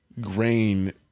grain